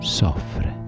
soffre